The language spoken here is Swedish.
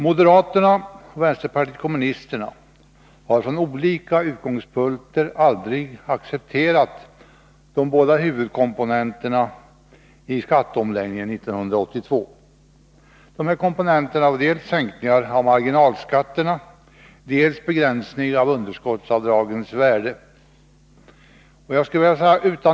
Moderaterna och vänsterpartiet kommunisterna har från olika utgångspunkter aldrig accepterat de båda huvudkomponenterna i skatteomläggningen 1982. Dessa komponenter är dels sänkningar av marginalskatterna, dels en begränsning av underskottsavdragens värde.